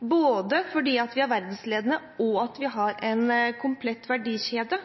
både fordi vi er verdensledende, og fordi vi har en komplett verdikjede.